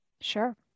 Sure